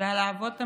ועל האבות המייסדים.